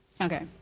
Okay